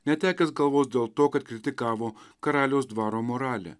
netekęs galvos dėl to kad kritikavo karaliaus dvaro moralę